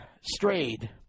strayed